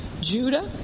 Judah